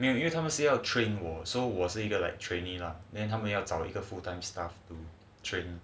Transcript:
没有因为他们是要 train 我 so 我是一个 like trainee 了连他们要找了一个 full time staff to train 我